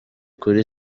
kuri